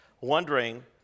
wondering